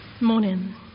Morning